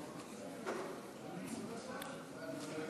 התשע"ה 2014,